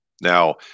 Now